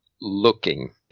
looking